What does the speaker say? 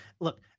Look